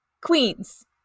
Queens